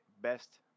best